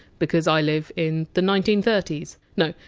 because i live in the nineteen thirty s. no!